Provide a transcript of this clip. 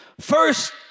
First